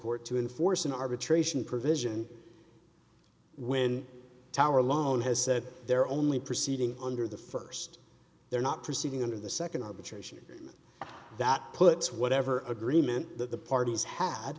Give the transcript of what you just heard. court to enforce an arbitration provision when tower alone has said they're only proceeding under the st they're not proceeding under the nd arbitration that puts whatever agreement that the parties ha